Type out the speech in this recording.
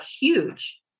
huge